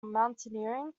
mountaineering